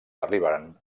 arribaren